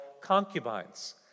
concubines